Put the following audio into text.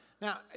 Now